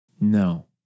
No